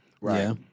right